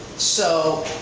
so,